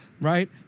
right